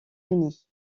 unis